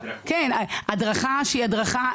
הדרכה שהיא הדרכה